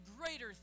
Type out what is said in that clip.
greater